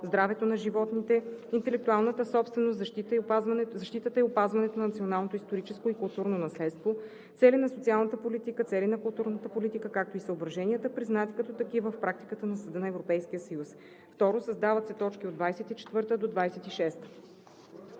здравето на животните, интелектуалната собственост, защитата и опазването на националното историческо и културно наследство, цели на социалната политика, цели на културната политика, както и съображенията, признати като такива в практиката на Съда на Европейския съюз.“ 2. Създават се т. 24 – 26: